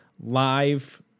live